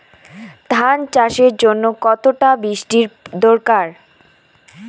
ধান চাষের জন্য কতটা বৃষ্টির দরকার?